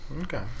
Okay